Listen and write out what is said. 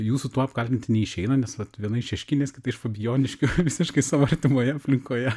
jūsų tuo apkaltinti neišeina nes vat viena iš šeškinės kita iš fabijoniškių visiškai savo artimoje aplinkoje